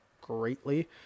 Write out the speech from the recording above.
greatly